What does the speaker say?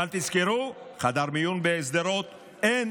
אבל תזכרו: חדר מיון בשדרות, אין,